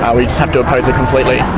um we just have to oppose it completely.